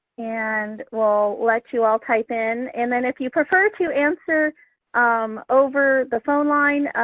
and we'll let you all type in and then if you prefer to answer um over the phone line